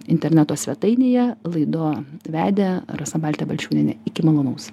interneto svetainėje laido vedė rasa baltė balčiūnienė iki malonaus